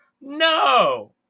no